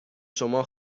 شما